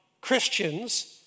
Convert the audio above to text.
Christians